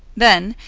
then,